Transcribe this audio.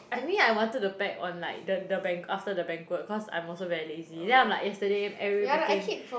I mean I wanted to pack on like the the bank after the banquet cause I'm also very lazy then I'm like yesterday everyone packing